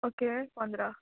okay पॉन्रा